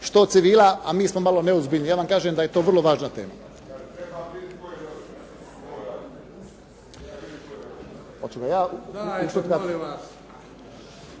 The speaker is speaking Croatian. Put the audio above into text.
što civila a mi smo malo neozbiljni. Ja vam kažem da je to vrlo važna tema.